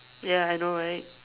ya I know right